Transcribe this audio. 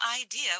idea